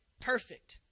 perfect